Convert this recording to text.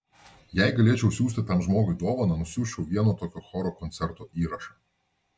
jei galėčiau siųsti tam žmogui dovaną nusiųsčiau vieno tokio choro koncerto įrašą